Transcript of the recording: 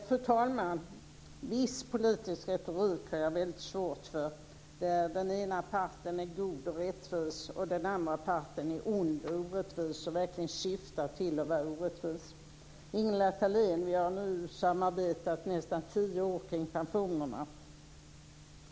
Fru talman! Viss politisk retorik har jag väldigt svårt för. Det är när den ena parten är god och rättvis och den andra parten är ond och orättvis och verkligen syftar till att vara orättvis. Ingela Thalén, vi har nu samarbetat i nästan tio år kring pensionerna.